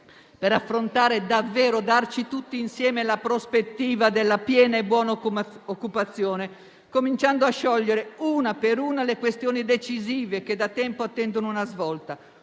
per affrontare davvero e darci tutti insieme la prospettiva della piena e buona occupazione, cominciando a sciogliere una per una le questioni decisive che da tempo attendono una svolta.